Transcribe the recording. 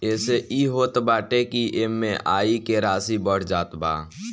एसे इ होत बाटे की इ.एम.आई के राशी बढ़ जात बा